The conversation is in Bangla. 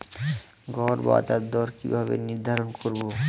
গড় বাজার দর কিভাবে নির্ধারণ করব?